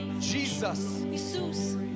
Jesus